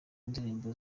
ndirimbo